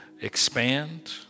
expand